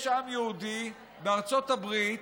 יש עם יהודי בארצות הברית,